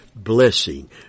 Blessing